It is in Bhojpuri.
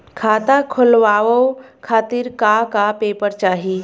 खाता खोलवाव खातिर का का पेपर चाही?